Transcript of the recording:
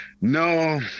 no